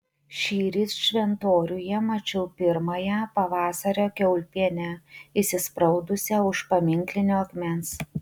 šįryt šventoriuje mačiau pirmąją pavasario kiaulpienę įsispraudusią už paminklinio akmens